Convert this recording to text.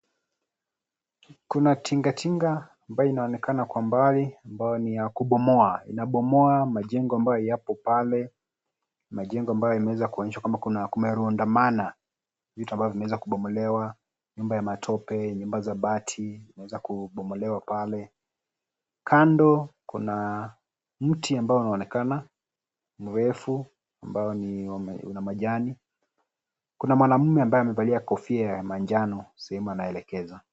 Kuna tingatinga ambayo inaonekana kwa mbali ambayo ni ya kubomoa, inabomoa majengo ambayo yapo pale ,majengo ambayo yanaweza kuonyesha kama kumerundamana, vitu ambavyo zimeweza kubomolewa. Nyumba ya matope, nyumba za mabati inaweza kubomolewa pale. Kando kuna mti ambao uonekana mrefu ambao una majani, kuna mwanaume ambaye amevalia kofia ya manjano sehemu anayoelekeza.